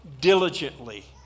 diligently